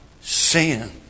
sin